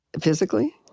physically